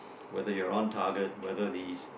whether you're on target whether these